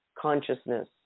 consciousness